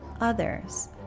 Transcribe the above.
others